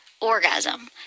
orgasm